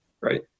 right